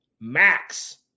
Max